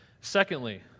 Secondly